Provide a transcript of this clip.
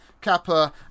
Kappa